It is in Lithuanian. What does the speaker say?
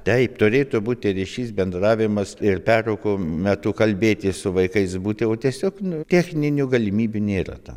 taip turėtų būti ryšys bendravimas ir pertraukų metu kalbėtis su vaikais būti o tiesiog nu techninių galimybių nėra tam